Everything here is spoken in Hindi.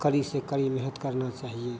कड़ी से कड़ी मेहनत करना चाहिए